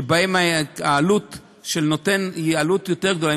שבהן העלות לנותן היא יותר גדולה,